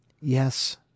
Yes